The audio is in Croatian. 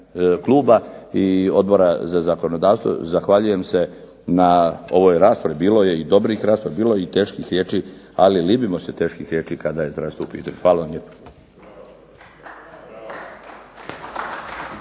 kluba i Odbora za zakonodavstvo. Zahvaljujem se na ovoj raspravi. Bilo je i dobrih rasprava. Bilo je i teških riječi, ali libimo se teških riječi kada je zdravstvo u pitanju. Hvala vam lijepo.